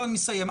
אני מסיים.